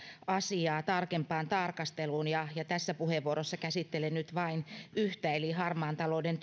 asiaa tarkempaan tarkasteluun ja ja tässä puheenvuorossa käsittelen nyt vain yhtä eli harmaan talouden